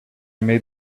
made